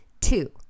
Two